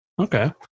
Okay